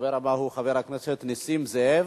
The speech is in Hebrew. הדובר הבא הוא חבר הכנסת נסים זאב.